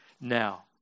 now